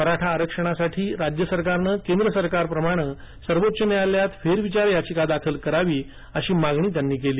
मराठा आरक्षणासाठी राज्य सरकारनं केंद्र सरकारप्रमाणे सर्वोच्च नायालयात फेरविचार याचिका दाखल करावी अशी मागणी त्यांनी केली